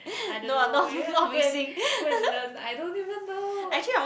I don't know maybe I go and go and learn I don't even know